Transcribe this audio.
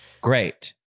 great